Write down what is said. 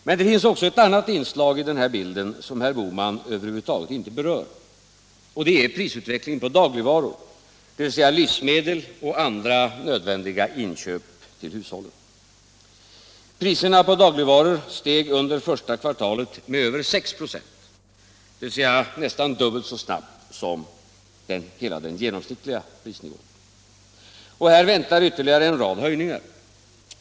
Men det finns också ett annat inslag i den här bilden som herr Bohman över huvud taget inte berör, och det är prisutvecklingen på dagligvaror, dvs. livsmedel och andra nödvändiga inköp till hushållen. Priserna på dagligvaror steg under första kvartalet med över 6 96, dvs. nästa dubbelt så snabbt som hela den genomsnittliga prisnivån. Här väntar nu ytterligare en rad höjningar.